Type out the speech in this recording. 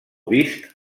vist